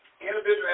Individual